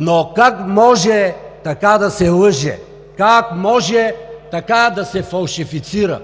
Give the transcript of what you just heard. Но как може така да се лъже, как може така да се фалшифицира?